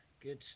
Good